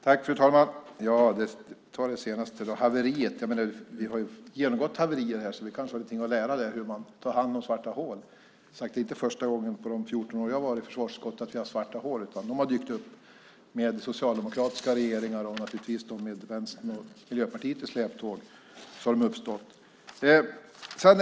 Fru talman! Om jag tar det senaste om haveriet: Vi har genomgått haverier, så vi kanske har någonting att lära om hur man tar hand om svarta hål. Det är inte första gången på de 14 år som jag har varit i försvarsutskottet som vi har svarta hål, utan de har uppstått med socialdemokratiska regeringar, naturligtvis med Vänstern och Miljöpartiet i släptåg.